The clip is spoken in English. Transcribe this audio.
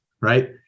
right